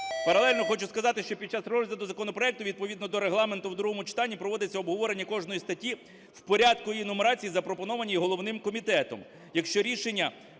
Паралельно хочу сказати, що під час розгляду законопроекту, відповідно до регламенту, в другому читанні проводиться обговорення кожної статті в порядку її нумерації, запропонованій головним комітетом.